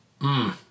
mmm